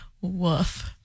Woof